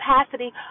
capacity